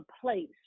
place